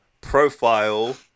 Profile